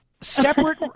Separate